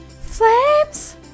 flames